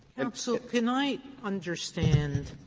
and so can i understand